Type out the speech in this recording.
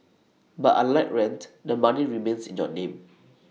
but unlike rent the money remains in your name